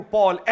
Paul